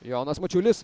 jonas mačiulis